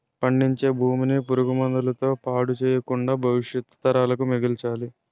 పండించే భూమిని పురుగు మందుల తో పాడు చెయ్యకుండా భవిష్యత్తు తరాలకు మిగల్చాలి